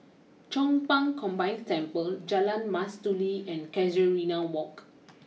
Chong Pang Combined Temple Jalan Mastuli and Casuarina walk